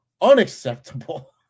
Unacceptable